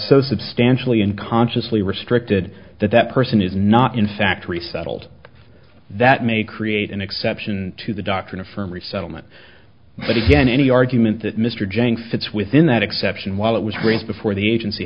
so substantially and consciously restricted that that person is not in fact resettled that may create an exception to the doctrine affirm resettlement but again any argument that mr jain fits within that exception while it was raised before the agency